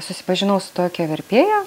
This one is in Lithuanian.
susipažinau su tokia verpėja